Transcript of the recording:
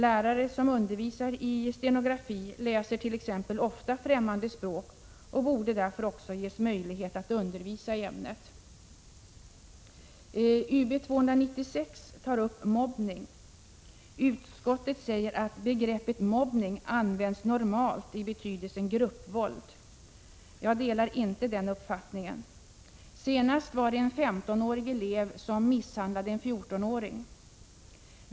Lärare som undervisar i stenografi läser t.ex. ofta främmande språk och borde därför också ges möjlighet att undervisa i ämnet. I motion Ub296 tas upp mobbning. Utskottet säger att begreppet mobbning normalt används i betydelsen gruppvåld. Jag delar inte den uppfattningen. Senast misshandlade en 15-årig elev en 14-åring.